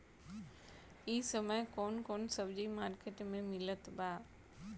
इह समय कउन कउन सब्जी मर्केट में मिलत बा?